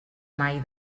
mai